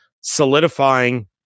solidifying